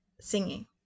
singing